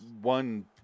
one